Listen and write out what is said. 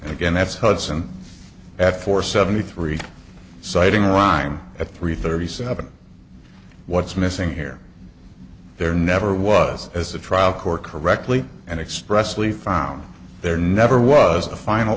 and again that's hudson at four seventy three citing rhyme at three thirty seven what's missing here there never was as a trial court correctly and expressly found there never was a final